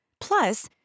Plus